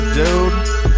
dude